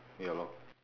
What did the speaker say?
ya lor